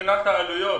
מבחינת העלויות,